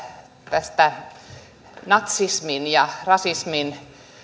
näistä natsismin ja rasismin